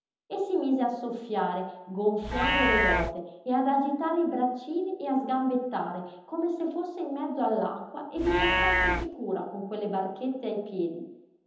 e si mise a soffiare gonfiando le gote e ad agitare i braccini e a sgambettare come se fosse in mezzo all'acqua e vi passasse sicura con quelle barchette ai piedi